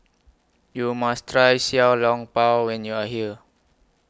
YOU must Try Xiao Long Bao when YOU Are here